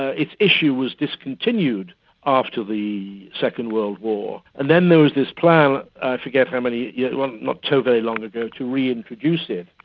its issue was discontinued after the second world war. and then there was this plan i forget how many years. yeah well, not so very long ago to reintroduce it.